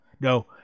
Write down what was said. no